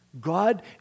God